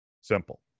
Simple